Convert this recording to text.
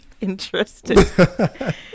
Interested